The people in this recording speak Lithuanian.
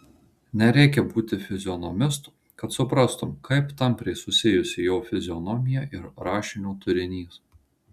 nereikia būti fizionomistu kad suprastum kaip tampriai susijusi jo fizionomija ir rašinio turinys